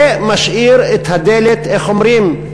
זה משאיר, איך אומרים,